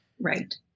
Right